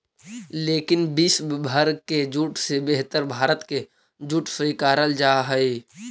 लेकिन विश्व भर के जूट से बेहतर भारत के जूट स्वीकारल जा हइ